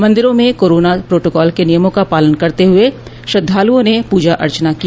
मंदिरों में corona protocol के नियमों का पालन करते हुए श्रद्वालुओं ने पूजा अर्चना की